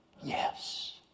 Yes